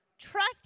Trust